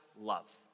love